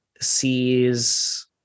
sees